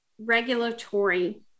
regulatory